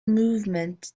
movement